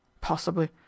Possibly